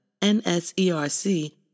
NSERC